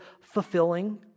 fulfilling